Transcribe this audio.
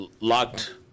locked